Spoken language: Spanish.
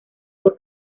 por